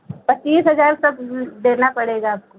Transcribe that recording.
पच्चीस हजार तक देना पड़ेगा आपको